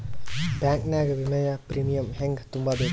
Bank ನಾಗ ವಿಮೆಯ premium ಹೆಂಗ್ ತುಂಬಾ ಬೇಕ್ರಿ?